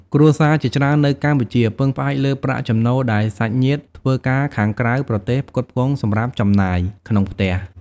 គ្រួសារជាច្រើននៅកម្ពុជា ពឹងផ្អែកលើប្រាក់ចំណូលដែលសាច់ញាតិធ្វើការខាងក្រៅប្រទេសផ្គត់ផ្គង់សម្រាប់ចំណាយក្នុងផ្ទះ។